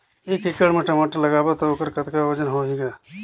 एक एकड़ म टमाटर लगाबो तो ओकर कतका वजन होही ग?